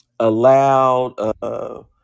Allowed